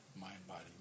mind-body